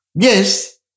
Yes